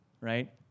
Right